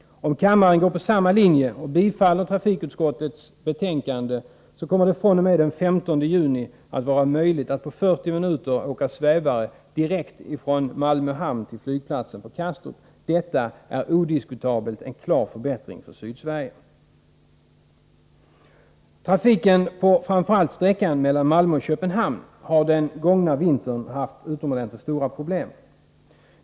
Om kammaren går på samma linje, och bifaller trafikutskottets betänkande, så kommer det fr.o.m. den 15 juni att vara möjligt att på 40 minuter åka svävare direkt från Malmö hamn till flygplatsen på Kastrup. Detta är odiskutabelt en klar förbättring för Sydsverige. Trafiken på framför allt sträckan mellan Malmö och Köpenhamn har under den gångna vintern haft utomordentligt stora problem.